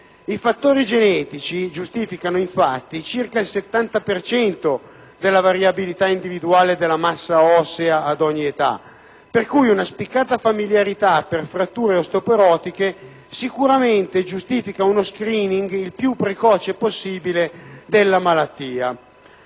I fattori genetici giustificano, infatti, circa il 70 per cento della variabilità individuale della massa ossea ad ogni età, per cui una spiccata familiarità per fratture osteoporotiche sicuramente giustifica uno *screening* precoce della malattia.